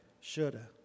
shoulda